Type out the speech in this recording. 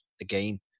again